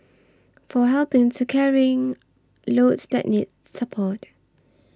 for helping to carrying loads that need support